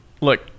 Look